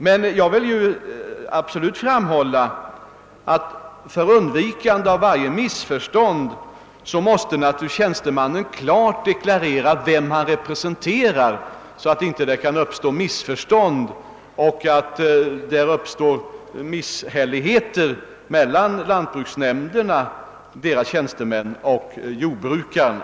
Jag vill emellertid absolut framhålla att tjänstemannen naturligtvis måste klart deklarera vem han representerar, så att det inte kan uppstå missförstånd och kanske misshälligheter mellan lantbrukstjänstemännen och jordbrukarna.